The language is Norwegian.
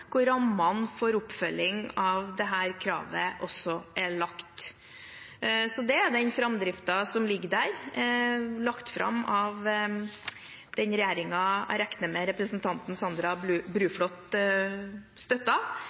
hvor rammene for oppfølging av dette kravet også er lagt. – Det er den framdriften som ligger der, lagt fram av den regjeringen jeg regner med representanten Sandra